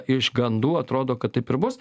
iš gandų atrodo kad taip ir bus